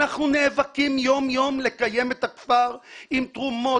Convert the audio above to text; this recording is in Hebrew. אנחנו נאבקים יום יום לקיים את הכפר עם תרומות,